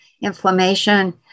inflammation